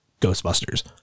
Ghostbusters